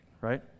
right